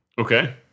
Okay